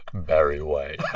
barry white yeah